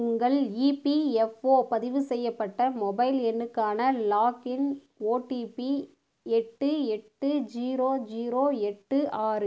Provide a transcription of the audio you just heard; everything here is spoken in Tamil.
உங்கள் இபிஎஃப்ஓ பதிவு செய்யப்பட்ட மொபைல் எண்ணுக்கான லாக்இன் ஓடிபி எட்டு எட்டு ஜீரோ ஜீரோ எட்டு ஆறு